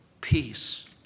Peace